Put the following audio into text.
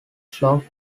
slope